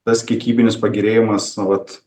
tas kiekybinis pagerėjimas vat